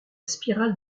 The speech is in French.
spirale